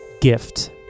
gift